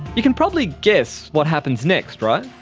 you can probably guess what happens next, right?